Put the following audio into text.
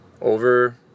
over